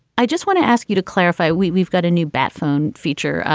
i just want to ask you to clarify. we've we've got a new bat phone feature.